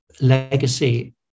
legacy